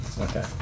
okay